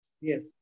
Yes